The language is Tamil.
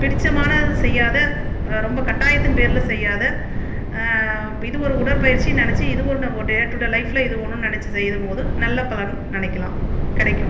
பிடித்தமானது செய்யாத ரொம்ப கட்டாயத்தின் பேரில் செய்யாத இது ஒரு உடற்பயிற்சினு நினச்சி இது ஒன்று டே டூ டே லைஃபில் இது ஒன்றுன்னு நினச்சி செய்யும்போது நல்ல பலன் நினைக்கலாம் கிடைக்கும்